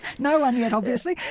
no one yet obviously!